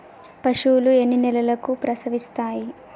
పశువులు ఎన్ని నెలలకు ప్రసవిస్తాయి?